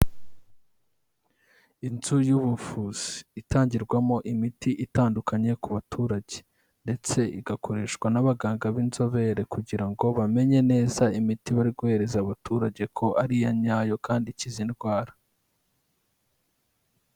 Inzu y'ubuvuzi itangirwamo imiti itandukanye ku baturage ndetse igakoreshwa n'abaganga b'inzobere, kugira ngo bamenye neza imiti bari guhereza abaturage ko ari iya nyayo kandi ikiza indwara.